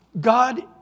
God